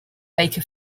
baker